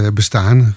bestaan